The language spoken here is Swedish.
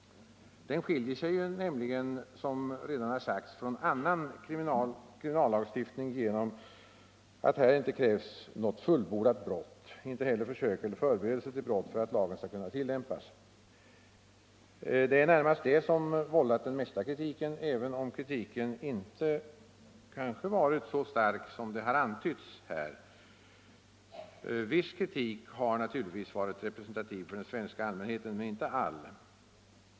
Den skiljer sig nämligen, såsom redan har sagts, från ”all annan kriminallagstiftning genom att det för att lagen skall kunna tillämpas inte först krävs något fullbordat brott och inte heller försök eller förberedelse till brott. Det är närmast detta som har vållat den mesta kritiken, även om kritiken kanske inte varit så stark som det har antytts här. Viss kritik har naturligtvis varit representativ för den svenska allmänheten, men inte all.